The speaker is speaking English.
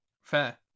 fair